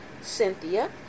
Cynthia